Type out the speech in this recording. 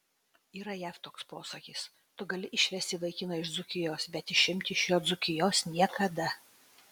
yra jav toks posakis tu gali išvesti vaikiną iš dzūkijos bet išimti iš jo dzūkijos niekada